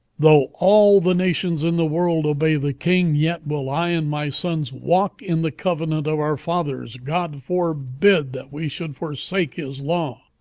though all the nations in the world obey the king, yet will i and my sons walk in the covenant of our fathers. god forbid that we should forsake his law